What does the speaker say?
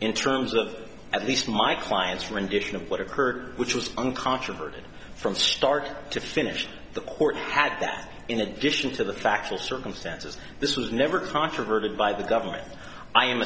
in terms of at least my client's rendition of what occurred which was uncontroverted from start to finish and the court had that in addition to the factual circumstances this was never controverted by the government i am